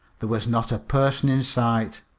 there was not a person in sight.